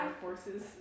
forces